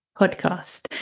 podcast